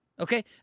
okay